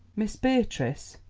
miss beatrice,